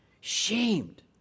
shamed